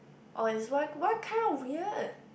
or is what what kind of weird